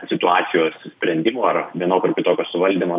situacijos sprendimu ar vienokio ar kitokio suvaldymo